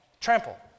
Trample